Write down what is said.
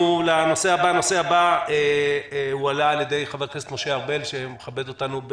הישיבה ננעלה בשעה 11:50.